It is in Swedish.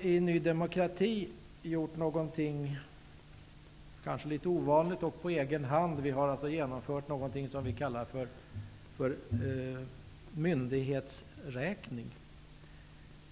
i Ny demokrati har på egen hand gjort något litet ovanligt. Vi har genomfört något som vi kallar för myndighetsräkning.